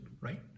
right